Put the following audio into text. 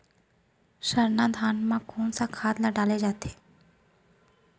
सरना धान म कोन सा खाद ला डाले जाथे?